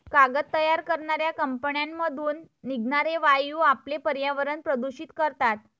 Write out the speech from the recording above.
कागद तयार करणाऱ्या कंपन्यांमधून निघणारे वायू आपले पर्यावरण प्रदूषित करतात